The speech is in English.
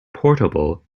portable